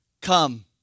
come